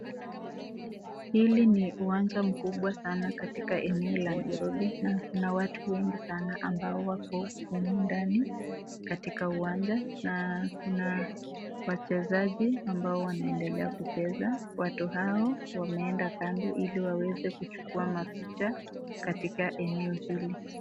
Hili ni uwanja mkubwa sana katika eneo la Nairobi na kuna watu wengi sana ambao wako humu ndani katika uwanja na kuna wachezaji ambao wanaendelea kucheza. Watu hao wameenda kando ili waweze kuchukua mapicha katika eneo hili.